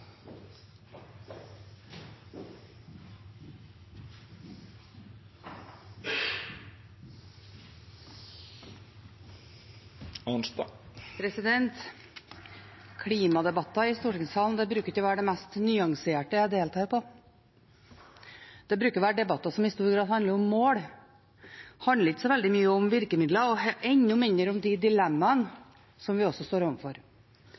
Klimadebatter i stortingssalen bruker ikke å være det mest nyanserte jeg deltar på. Det bruker å være debatter som i stor grad handler om mål. Det handler ikke så veldig mye om virkemidler og enda mindre om de dilemmaene som vi også står